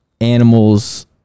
animals